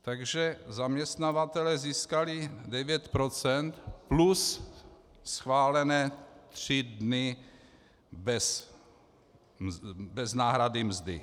Takže zaměstnavatelé získali 9 % plus schválené tři dny bez náhrady mzdy.